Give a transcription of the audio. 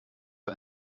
für